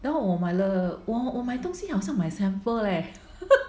then 我买了我我买东西好像买 sample leh